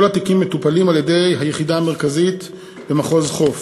כל התיקים מטופלים על-ידי היחידה המרכזית במחוז חוף.